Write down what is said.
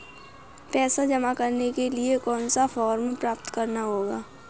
पैसा जमा करने के लिए कौन सा फॉर्म प्राप्त करना होगा?